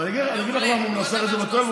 אבל אני אגיד לך למה הוא מנסח את זה בטלפון,